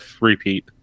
repeat